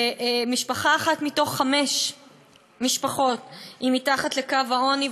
ומשפחה אחת מתוך חמש משפחות היא מתחת לקו העוני,